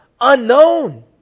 unknown